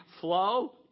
flow